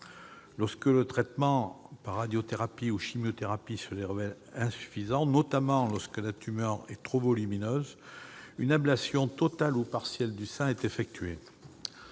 Lorsque le traitement par radiothérapie ou chimiothérapie se révèle insuffisant, notamment lorsque la tumeur est trop volumineuse, une ablation totale ou partielle du sein est effectuée.